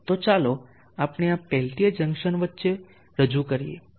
તો ચાલો આપણે આ પેલ્ટીયર જંકશન વચ્ચે વચ્ચે રજૂ કરીએ